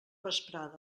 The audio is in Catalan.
vesprada